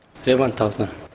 seven thousand